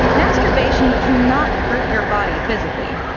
masturbation cannot hurt your body physically.